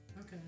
okay